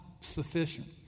sufficient